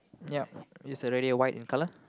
yup is the radio white in color